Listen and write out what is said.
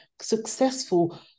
successful